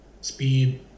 Speed